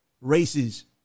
races